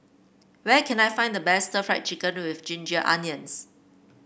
where can I find the best stir Fry Chicken with Ginger Onions